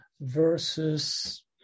versus